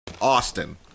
Austin